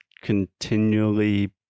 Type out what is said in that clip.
continually